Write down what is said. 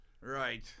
Right